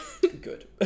Good